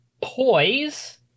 poise